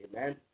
Amen